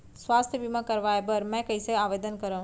स्वास्थ्य बीमा करवाय बर मैं कइसे आवेदन करव?